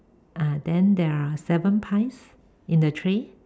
(uh huh) then there are seven pies in the tray